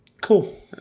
Cool